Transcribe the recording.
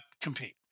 compete